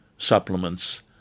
supplements